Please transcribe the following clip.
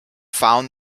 found